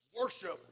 Worship